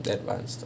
advance